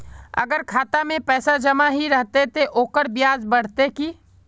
अगर खाता में पैसा जमा ही रहते ते ओकर ब्याज बढ़ते की?